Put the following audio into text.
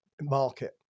market